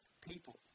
people